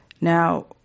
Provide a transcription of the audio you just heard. now